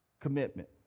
Commitment